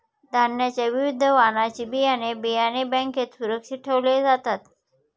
धान्याच्या विविध वाणाची बियाणे, बियाणे बँकेत सुरक्षित ठेवले जातात